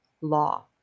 law